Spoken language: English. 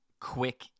quick